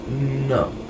No